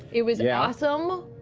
it was yeah awesome.